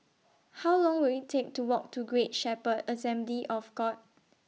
How Long Will IT Take to Walk to Great Shepherd Assembly of God